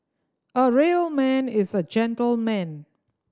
a real man is a gentleman